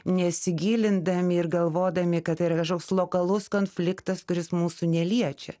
nesigilindami ir galvodami kad tai yra kažkoks lokalus konfliktas kuris mūsų neliečia